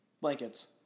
Blankets